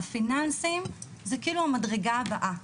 הפיננסיים זה כאילו המדרגה הבאה,